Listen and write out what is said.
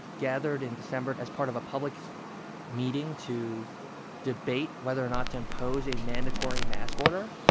gathered in december as part of a public meeting to debate whether or not to impose a mandatory mask order.